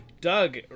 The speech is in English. Doug